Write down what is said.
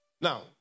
Now